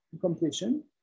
completion